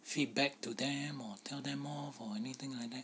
feedback to them or tell them off or anything like that